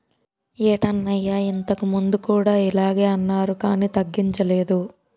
ఏటన్నయ్యా ఇంతకుముందు కూడా ఇలగే అన్నారు కానీ తగ్గించలేదు